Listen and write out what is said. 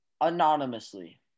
anonymously